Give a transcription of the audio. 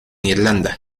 irlanda